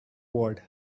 ward